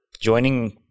joining